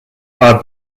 are